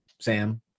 sam